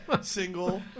single